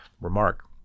remark